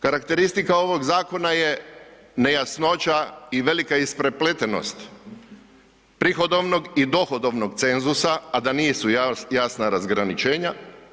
Karakteristika ovog zakona je nejasnoća i velika isprepletenost prihodovnog i dohodovnog cenzusa, a da nisu jasna razgraničenja.